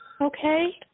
Okay